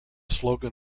slogan